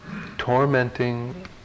tormenting